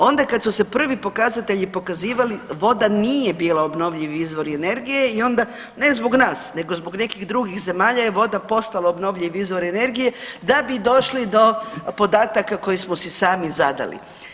Onda kad su se prvi pokazatelji pokazivali, voda nije bila obnovljivi izvori energije i onda, ne zbog nas nego zbog nekih drugih zemalja je voda postala obnovljivi izvor energije, da bi došli do podataka koje smo si sami zadali.